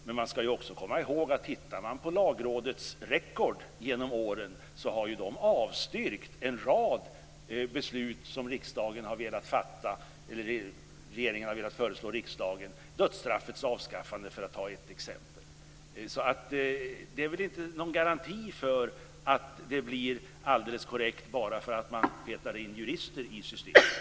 Men om man tittar på Lagrådets record genom åren ser man att rådet har avstyrkt en rad beslut som riksdagen har velat fatta eller som regeringen har velat föreslå riksdagen - dödsstraffets avskaffande, för att ta ett exempel. Att man petar in jurister i systemet är ingen garanti för att det blir alldeles korrekt.